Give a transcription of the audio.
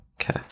Okay